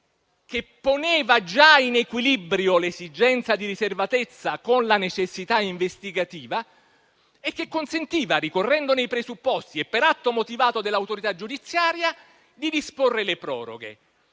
che poneva già in equilibrio l'esigenza di riservatezza con la necessità investigativa, e che consentiva, ricorrendone i presupposti e per atto motivato dell'autorità giudiziaria, di disporre le proroghe.